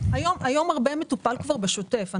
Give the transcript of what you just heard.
היום הרבה מטופל כבר בשוטף.